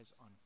on